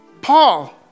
Paul